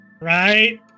Right